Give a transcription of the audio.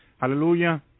hallelujah